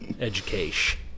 education